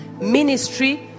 ministry